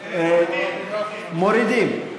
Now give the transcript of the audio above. מורידים.